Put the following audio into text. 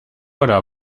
oder